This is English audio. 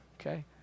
Okay